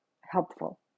helpful